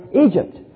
Egypt